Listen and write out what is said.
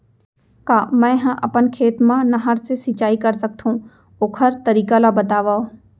का मै ह अपन खेत मा नहर से सिंचाई कर सकथो, ओखर तरीका ला बतावव?